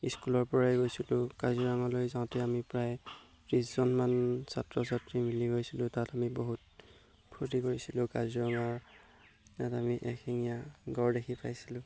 স্কুলৰ পৰাই গৈছিলোঁ কাজিৰঙালৈ যাওঁতে আমি প্ৰায় ত্ৰিছজনমান ছাত্ৰ ছাত্ৰী মিলি গৈছিলোঁ তাত আমি বহুত ফূৰ্তি কৰিছিলোঁ কাজিৰঙাৰ তাত আমি এশিঙীয়া গঁড় দেখি পাইছিলোঁ